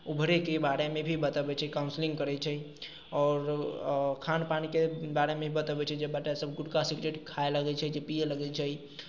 ऊभरैके बारेमे भी बतबैत छै काउन्सिलिँग करैत छै आओर खान पानके बारेमे भी बतबैत छै जे बच्चा सब सब गुटका सिगरेट खाए लगैत छै जे पियै लगैत छै